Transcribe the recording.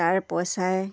তাৰ পইচাই